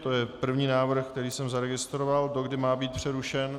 To je první návrh, který jsem zaregistroval, dokdy má být přerušen.